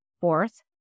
Fourth